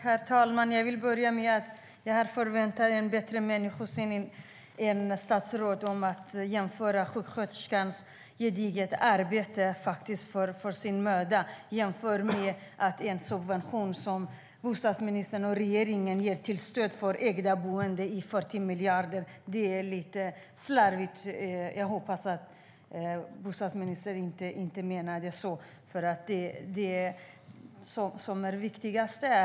Herr talman! Jag hade förväntat mig en bättre människosyn från statsrådet än att jämföra en sjuksköterskas gedigna arbete och möda med en subvention på 40 miljarder som bostadsministern och regeringen ger i stöd för ägda boenden. Det är lite slarvigt. Jag hoppas att bostadsministern inte menar det.